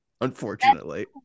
unfortunately